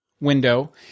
window